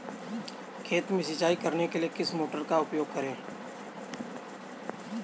खेत में सिंचाई करने के लिए किस मोटर का उपयोग करें?